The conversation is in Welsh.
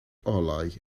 olau